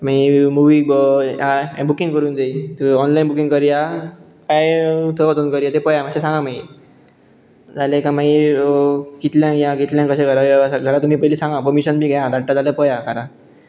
मागीर मुवी हें बुकींग करूंक जायी ऑनलायन बुकींग करया कांय थंय वचून करया तें पळया मात्शें सांगा मागीर जाले काय मागीर कितल्यांक या कितल्यांक कशें घरा या घरा तुमी पयली सांगा परमिशन बी घेयात धाडटा जाल्यार पळया घरा